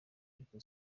ariko